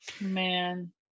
Man